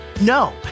no